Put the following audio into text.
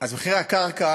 אז מחירי הקרקעות,